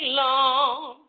long